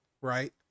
right